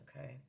okay